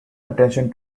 attention